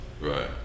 Right